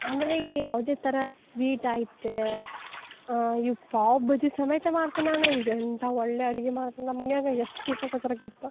ಅಂದರೆ ಈ ಯಾವುದೇ ಥರ ಸ್ವೀಟಾಯ್ತು ಈ ಪಾವ್ ಬಜಿ ಸಮೇತ ಮಾಡ್ತೀನಿ ನಾನು ಈಗೆಂತ ಒಳ್ಳೆಯ ಅಡಿಗೆ ಮಾಡ್ತೀನಿ ನಮ್ಮನ್ಯಾಗ ಎಷ್ಟು ಇಷ್ಟ ಪಡ್ತಾರೆ ಗೊತ್ತಾ